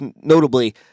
notably